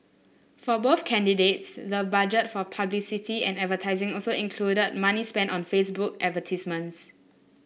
for both candidates the budget for publicity and advertising also included money spent on Facebook advertisements